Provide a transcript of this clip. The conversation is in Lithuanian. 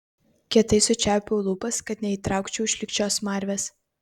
kietai sučiaupiau lūpas kad neįtraukčiau šlykščios smarvės